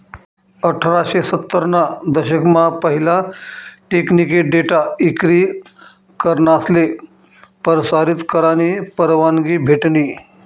अठराशे सत्तर ना दशक मा पहिला टेकनिकी डेटा इक्री करनासले परसारीत करानी परवानगी भेटनी